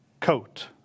coat